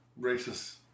racist